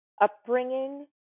upbringing